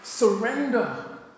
Surrender